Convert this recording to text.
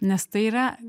nes tai yra